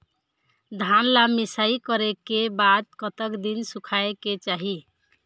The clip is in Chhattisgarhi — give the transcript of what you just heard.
धान ला मिसाई करे के बाद कतक दिन सुखायेक चाही?